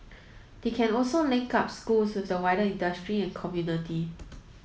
they can also link up schools with the wider industry and community